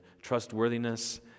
trustworthiness